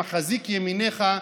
מחזיק ימינך,